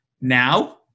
Now